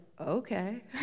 Okay